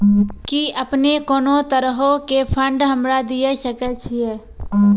कि अपने कोनो तरहो के फंड हमरा दिये सकै छिये?